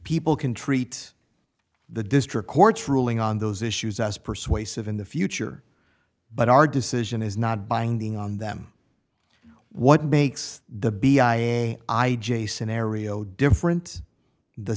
people can treat the district court's ruling on those issues as persuasive in the future but our decision is not binding on them what makes the b i a i j scenario different the